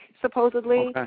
supposedly